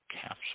capsule